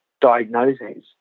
diagnoses